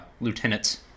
lieutenants